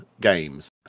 games